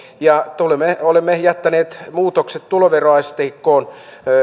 olemme jättäneet muutokset tuloveroasteikkoon